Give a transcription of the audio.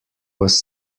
was